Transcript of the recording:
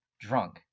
drunk